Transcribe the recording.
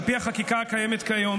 על פי החקיקה הקיימת כיום,